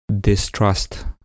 distrust